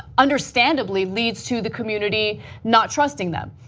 understandably leads to the community not trusting them.